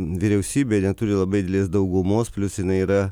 vyriausybė neturi labai didelės daugumos plius jinai yra